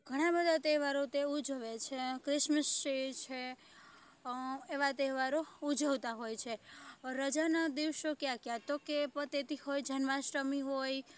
ઘણા બધા તહેવારો તે ઉજવે છે ક્રિશમશ ડે છે એવા તહેવારો ઉજવતા હોય છે રજાના દિવસો કયા કયા તો કહે પતેતી હોય જન્માષ્ટમી હોય